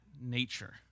nature